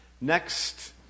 Next